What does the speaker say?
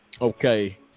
Okay